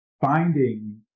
finding